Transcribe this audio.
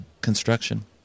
construction